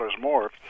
more